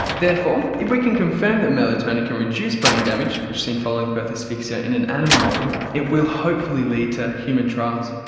therefore, if we can confirm that melatonin can reduce brain damage, as seen following birth asphyxia in an animal model, it will hopefully lead to human trials,